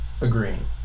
agreeing